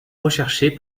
recherché